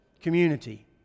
community